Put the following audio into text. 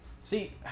See